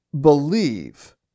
believe